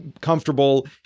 comfortable